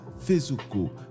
physical